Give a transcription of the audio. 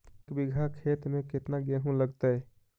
एक बिघा खेत में केतना गेहूं लगतै?